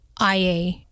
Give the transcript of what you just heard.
IA